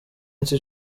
misi